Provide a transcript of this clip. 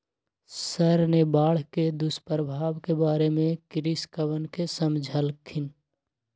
sir ने बाढ़ के दुष्प्रभाव के बारे में कृषकवन के समझल खिन